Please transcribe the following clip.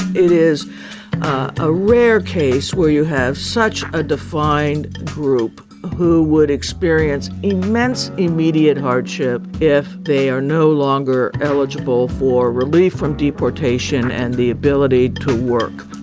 it is a rare case where you have such a defined group who would experience immense immediate hardship if they are no longer eligible for relief from deportation and the ability to work